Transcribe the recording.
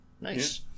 Nice